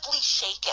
shaken